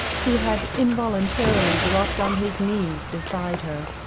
who had involuntarily dropped on his knees beside her.